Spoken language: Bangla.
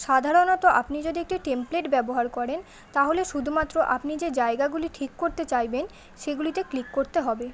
সাধারণত আপনি যদি একটি টেমপ্লেট ব্যবহার করেন তাহলে শুধুমাত্র আপনি যে জায়গাগুলি ঠিক করতে চাইবেন সেগুলিতে ক্লিক করতে হবে